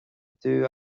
dubh